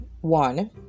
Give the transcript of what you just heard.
one